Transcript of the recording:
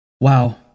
Wow